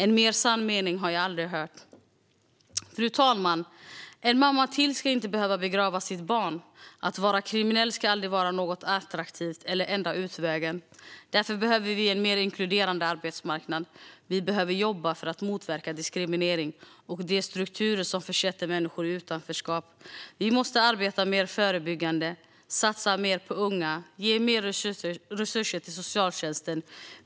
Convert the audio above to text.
En mer sann mening har jag aldrig hört. Fru talman! En mamma till ska inte behöva begrava sitt barn. Att vara kriminell ska aldrig vara något attraktivt eller den enda utvägen. Därför behöver vi en mer inkluderande arbetsmarknad. Vi behöver jobba för att motverka diskriminering och de strukturer som försätter människor i utanförskap. Vi måste arbeta mer förebyggande, satsa mer på unga och ge mer resurser till socialtjänsten.